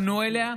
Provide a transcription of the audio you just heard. פנו אליה.